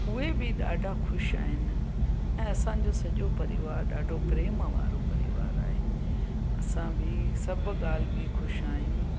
हुए बि ॾाढा ख़ुशि आहिनि ऐं असांजो सॼो परिवार ॾाढो प्रेम वारो परिवार आहे असां बि सभु ॻाल्हि में ख़ुशि आहियूं